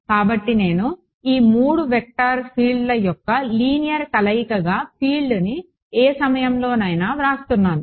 కాబట్టి నేను ఈ 3 వెక్టార్ ఫీల్డ్ల యొక్క లీనియర్ కలయికగా ఫీల్డ్ను ఏ సమయంలోనైనా వ్రాస్తున్నాను